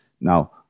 Now